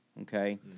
Okay